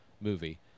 movie